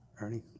Ernie